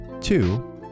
Two